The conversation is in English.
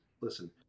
Listen